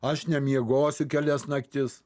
aš nemiegosiu kelias naktis